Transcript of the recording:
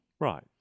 right